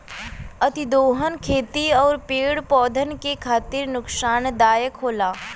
अतिदोहन खेती आउर पेड़ पौधन के खातिर नुकसानदायक होला